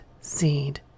seed